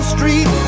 Street